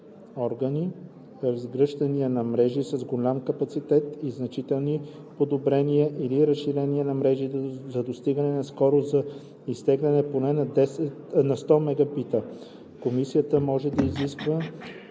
органи разгръщания на мрежи с много голям капацитет и за значителните подобрения или разширения на мрежи за достигане на скорост за изтегляне поне 100 Mbps. Комисията може да изиска